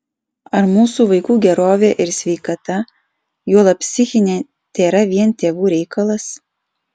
ar mūsų vaikų gerovė ir sveikata juolab psichinė tėra vien tėvų reikalas